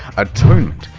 atonement.